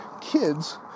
kids